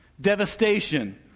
devastation